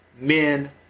men